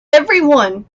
everyone